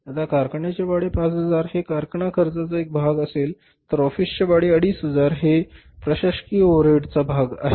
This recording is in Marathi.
आता कारखान्याचे भाडे 5000 हे कारखाना खर्चाचा एक भाग असेल तर ऑफिस चे भाडे 2500 हे प्रशासकीय ओव्हरहेडचा भाग आहे